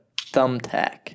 thumbtack